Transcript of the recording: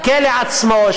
הכלא עצמו,